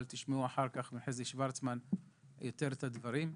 תשמעו אחר כך מחזי שוורצמן בהמשך את הדברים.